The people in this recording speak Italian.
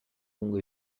lungo